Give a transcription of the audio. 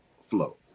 flow